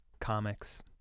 comics